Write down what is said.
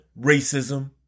racism